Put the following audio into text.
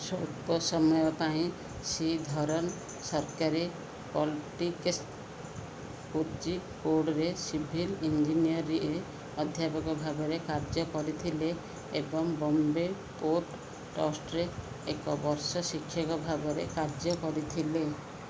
ସ୍ୱଳ୍ପ ସମୟ ପାଇଁ ଶ୍ରୀଧରନ୍ ସରକାରୀ କୋଜିକୋଡ଼ରେ ସିଭିଲ୍ ଇଞ୍ଜିନିୟରିଙ୍ଗରେ ଅଧ୍ୟାପକ ଭାବରେ କାର୍ଯ୍ୟ କରିଥିଲେ ଏବଂ ବମ୍ବେ ପୋର୍ଟ ଟ୍ରଷ୍ଟରେ ଏକ ବର୍ଷ ଶିକ୍ଷକ ଭାବରେ କାର୍ଯ୍ୟ କରିଥିଲେ